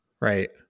right